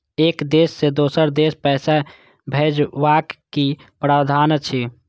एक देश से दोसर देश पैसा भैजबाक कि प्रावधान अछि??